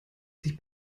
sich